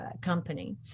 company